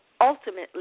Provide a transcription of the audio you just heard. ultimately